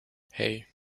hei